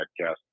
podcast